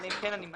אלא אם כן הנמען